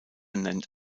nennt